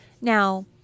Now